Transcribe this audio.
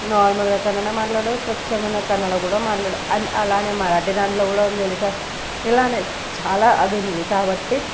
మామూలుగా కన్నడ మాట్లాడే స్వచ్ఛమైన కన్నడ కూడా మాట్లాడే అలానే మరాఠీ దాంట్లో కూడా ఉంది ఒడిస్సా ఇలానే చాలా అది ఉంది కాబట్టి